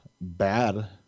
bad